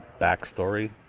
backstory